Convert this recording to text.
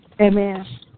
Amen